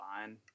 fine